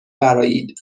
برآیید